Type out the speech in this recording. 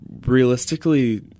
realistically